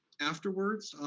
afterwards,